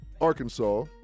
Arkansas